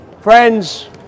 Friends